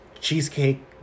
cheesecake